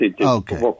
Okay